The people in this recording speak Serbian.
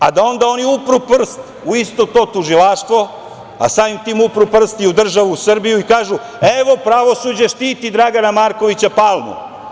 Pa, da onda oni upru prst u isto to tužilaštvo, a samim tim upru prst i u državu Srbiju i kažu – evo, pravosuđe štiti Dragana Markovića Palmu.